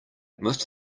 most